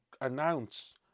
announce